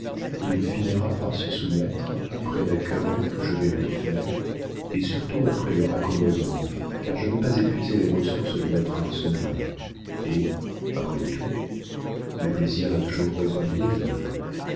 il finira par se soumettre après la querelle que je vais lui faire et surtout après le raccommodement car je n'ai pas épuisé les ressources de notre arsenal et après tout le plaisir a toujours raison du désir